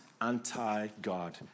anti-God